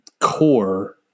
core